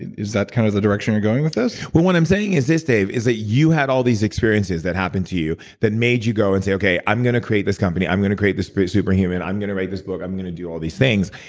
is that kind of the direction you're going with this? well, what i'm saying is this, dave, is that you had all these experiences experiences that happened to you that made you go and say, okay, i'm going to create this company. i'm going to create this super human. i'm going to write this book. i'm going to do all these things.